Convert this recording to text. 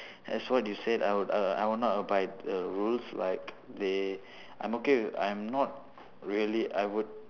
as what you said I would err I would not abide to the rules like they I'm okay I'm not really I would